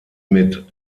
mit